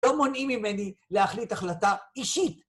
לא מונעים ממני להחליט החלטה אישית.